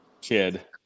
kid